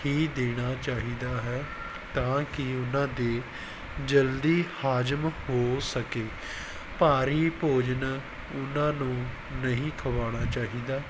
ਹੀ ਦੇਣਾ ਚਾਹੀਦਾ ਹੈ ਤਾਂ ਕਿ ਉਹਨਾਂ ਦੇ ਜਲਦੀ ਹਾਜ਼ਮ ਹੋ ਸਕੇ ਭਾਰੀ ਭੋਜਨ ਉਹਨਾਂ ਨੂੰ ਨਹੀਂ ਖਵਾਉਣਾ ਚਾਹੀਦਾ